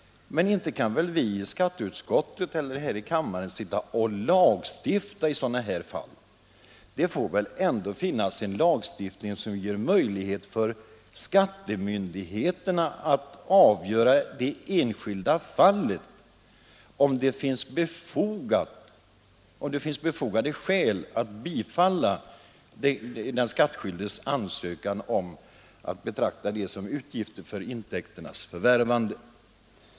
Men inte kan väl skatteutskottet och riksdagen lagstifta om sådana här fall. Det måste finnas en lagstiftning som möjliggör för skattemyndigheterna att avgöra i det enskilda fallet om det finns befogade skäl att bifalla den skattskyldiges ansökan om avdrag för kostnader vid intäkternas förvärvande.